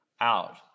out